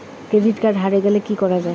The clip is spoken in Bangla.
ক্রেডিট কার্ড হারে গেলে কি করা য়ায়?